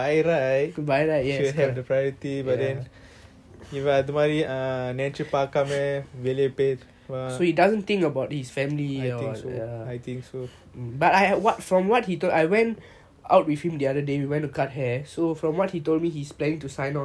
இவன் அது மாறி நெனைச்சி பாக்காம வெளிய பொய்:ivan athu maari nenaichi paakama veliya poi I think so I think so